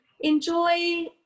enjoy